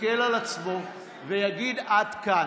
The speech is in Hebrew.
יסתכל על עצמו ויגיד: עד כאן.